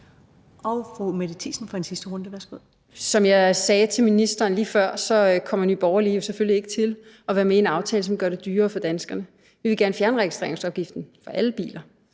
16:34 Mette Thiesen (NB): Som jeg sagde til ministeren lige før, kommer Nye Borgerlige selvfølgelig ikke til at være med i en aftale, som gør det dyrere for danskerne. Vi vil gerne fjerne registreringsafgiften for alle biler